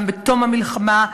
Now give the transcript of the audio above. גם בתום המלחמה,